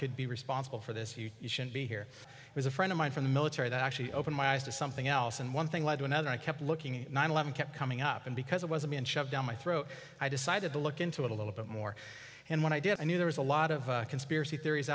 could be responsible for this you should be here as a friend of mine from the military that actually opened my eyes to something else and one thing led to another i kept looking at nine eleven kept coming up and because it was a me and shoved down my throat i decided to look into it a little bit more and when i did i knew there was a lot of conspiracy theories